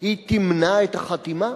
היא תמנע את החתימה?